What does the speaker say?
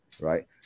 right